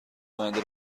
آینده